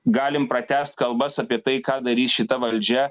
galim pratęst kalbas apie tai ką darys šita valdžia